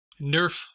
Nerf